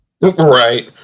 right